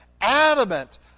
adamant